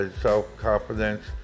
self-confidence